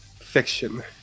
fiction